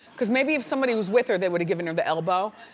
cause maybe if someone was with her, they would've given her the elbow.